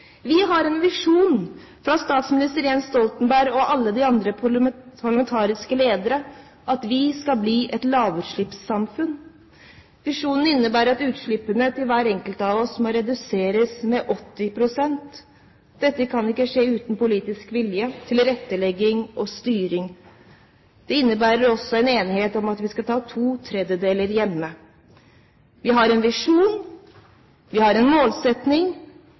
ledere har en visjon om at vi skal bli et lavutslippssamfunn. Visjonen innebærer at utslippene fra hver enkelt av oss må reduseres med 80 pst. Dette kan ikke skje uten politisk vilje, tilrettelegging og styring. Det innebærer også en enighet om at vi skal ta to tredeler hjemme. Vi har en visjon, vi har en